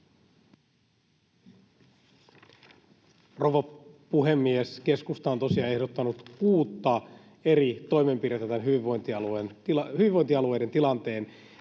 Rouva puhemies! Keskusta on tosiaan ehdottanut kuutta eri toimenpidettä hyvinvointialueiden tilanteen